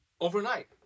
Overnight